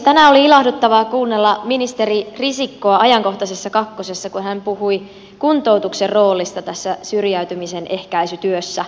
tänään oli ilahduttavaa kuunnella ministeri risikkoa ajankohtaisessa kakkosessa kun hän puhui kuntoutuksen roolista tässä syrjäytymisen ehkäisytyössä